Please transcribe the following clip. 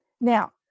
Now